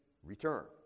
Return